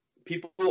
People